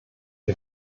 wir